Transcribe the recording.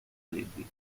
freddi